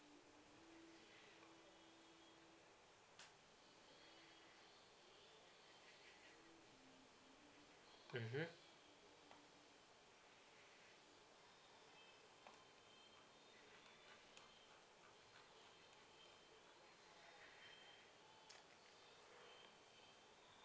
mmhmm